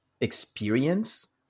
experience